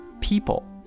people